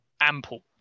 ample